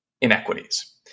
inequities